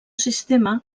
sistema